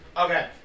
Okay